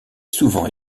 souvent